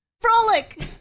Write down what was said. Frolic